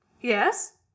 Yes